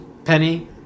Penny